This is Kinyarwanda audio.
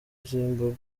zimbabwe